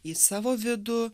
į savo vidų